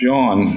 John